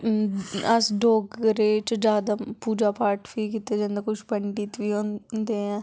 अस डोगरे च जैदा पूजा पाठ बी कीते जंदा कुछ पंडित बी हुंदे ऐ